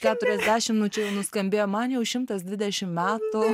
keturiasdešim nu čia jau nuskambėjo man jau šimtas dvidešimt metų